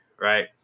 Right